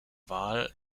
wahl